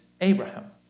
Abraham